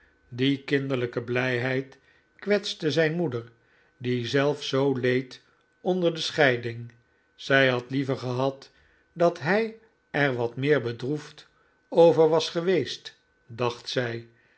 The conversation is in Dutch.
die kinderlijke blijheid kwetste zijn moeder die zelf zoo leed onder de scheiding zij had liever gehad dat hij er wat meer bedroefd over was geweest dacht zij